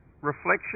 reflection